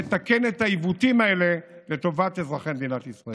נתקן את העיוותים האלה לטובת אזרחי מדינת ישראל.